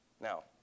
Now